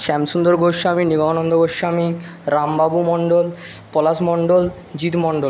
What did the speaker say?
Shyamsundar Goswami Nigamananda Goswami Rambabu Mondal Palash Mondal Jit Mondal